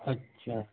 اچھا